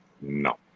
No